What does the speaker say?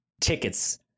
tickets